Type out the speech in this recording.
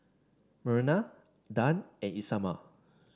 Myrna Dan and Isamar